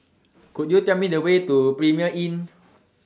Could YOU Tell Me The Way to Premier Inn